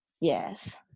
yes